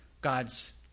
God's